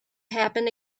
happen